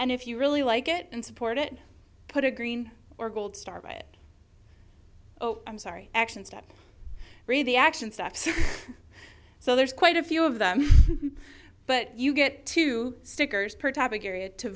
and if you really like it and support it put a green or gold star by it oh i'm sorry action step read the action steps so there's quite a few of them but you get to stickers per topic area to